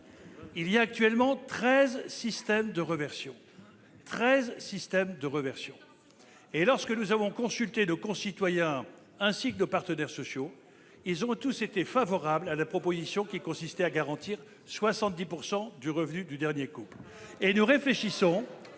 Il existe actuellement treize systèmes de réversion ! Lorsque nous avons consulté nos concitoyens ainsi que les partenaires sociaux, ils ont tous été favorables à la proposition qui consiste à garantir 70 % des ressources du couple. À quel âge ? Et nous réfléchissons